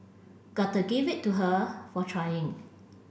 gotta give it to her for trying